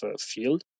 field